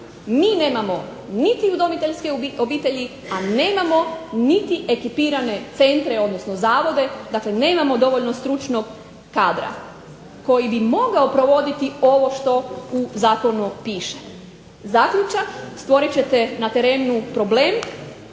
Mi nemamo niti udomiteljske obitelji, a nemamo niti ekipirane centre, odnosno zavode, dakle nemamo dovoljno stručnog kadra koji bi mogao provoditi ovo što u zakonu piše. Zaključak, stvorit ćete na terenu problem